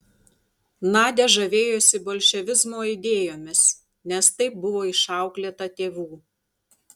nadia žavėjosi bolševizmo idėjomis nes taip buvo išauklėta tėvų